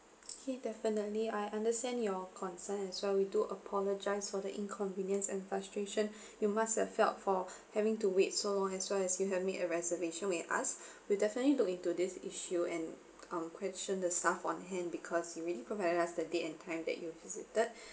okay definitely I understand your concern as well we do apologize for the inconvenience and frustration you must have felt for having to wait so long as well as you have made a reservation with us we'll definitely look into this issue and um question the staff on hand because you already provided us the date and time that you visited